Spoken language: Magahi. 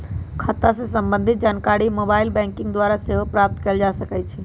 खता से संबंधित जानकारी मोबाइल बैंकिंग द्वारा सेहो प्राप्त कएल जा सकइ छै